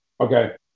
Okay